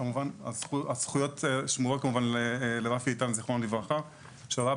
הזכויות שמורות כמובן לרפי איתן ז"ל שהוא ראה